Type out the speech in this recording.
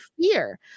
fear